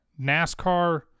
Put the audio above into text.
NASCAR